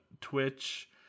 twitch